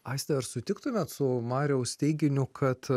aiste ar sutiktumėt su mariaus teiginiu kad